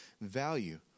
value